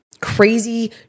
crazy